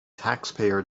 taxpayer